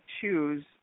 choose